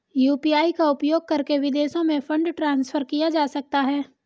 UPI का उपयोग करके विदेशों में फंड ट्रांसफर किया जा सकता है?